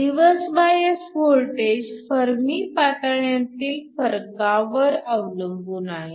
reverse bias voltage Fermi पातळ्यांतील फरकावर अवलंबून आहे